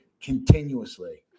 continuously